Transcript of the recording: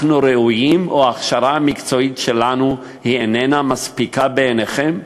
אנחנו ראויים או שההכשרה המקצועית שלנו איננה מספיקה בעיניכם?